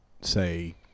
say